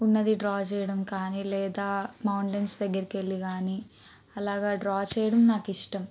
ఉన్నది డ్రా చేయడం కానీ లేదా మౌంటైన్స్ దగ్గరకి వెళ్ళీ కాని అలాగా డ్రా చేయడం నాకు ఇష్టం